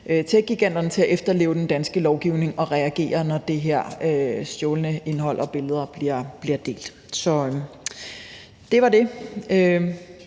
techgiganterne til at efterleve den danske lovgivning og reagere, når det her indhold og de her stjålne billeder bliver delt. Så det var dét.